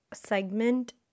segment